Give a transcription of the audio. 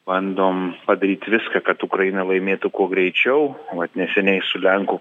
bandom padaryt viską kad ukraina laimėtų kuo greičiau vat neseniai su lenkų